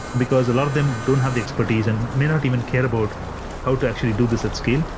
because a lot of them don't have the expertise and may not even care about how to actually do this at scale.